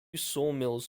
sawmills